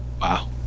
wow